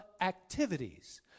activities